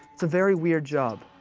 it's a very weird job.